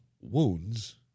wounds